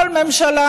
כל ממשלה,